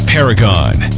Paragon